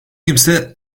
kimse